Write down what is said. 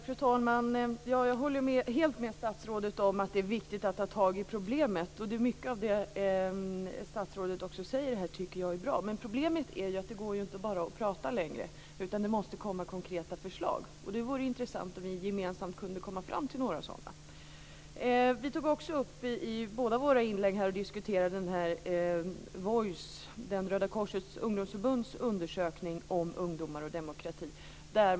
Fru talman! Jag håller helt med statsrådet om att det är viktigt att ta tag i problemet. Mycket av det som statsrådet säger här tycker jag är bra, men problemet är att det inte längre går att bara prata, utan det måste komma konkreta förslag. Det vore intressant om vi gemensamt kunde komma fram till några sådana. Vi tog båda i våra inlägg upp Voice, Röda korsets ungdomsförbunds undersökning om ungdomar och demokrati.